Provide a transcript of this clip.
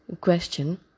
question